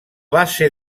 base